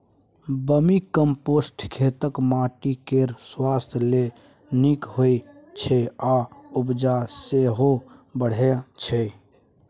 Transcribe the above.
vermicompost खेतक माटि केर स्वास्थ्य लेल नीक होइ छै आ उपजा सेहो बढ़य छै